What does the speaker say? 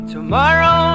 Tomorrow